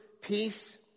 peace